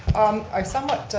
i'm somewhat